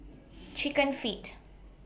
Chicken Feet